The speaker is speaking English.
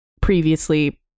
previously